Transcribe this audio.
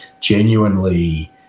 genuinely